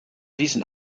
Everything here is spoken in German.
diesen